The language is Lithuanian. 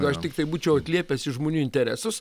aš tiktai būčiau atliepęs į žmonių interesus